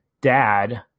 dad